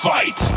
Fight